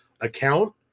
account